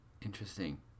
interesting